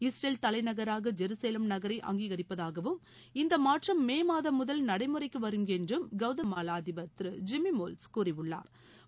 Israel தலைநகராக Jerusalem நகரை அங்கீகரிப்பதாகவும் இந்த மாற்றம் மே மாதம் முதல் நடைமுறைக்கு வரும் என்றும் கவுதமாவா அதிபா் திரு ஜிம்மி மோரல்ஸ் கூறியுள்ளாா்